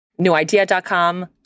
NewIdea.com